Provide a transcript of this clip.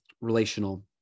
relational